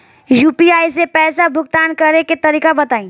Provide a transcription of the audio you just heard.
UPI से पईसा भुगतान करे के तरीका बताई?